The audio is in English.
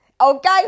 okay